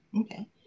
Okay